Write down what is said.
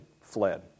fled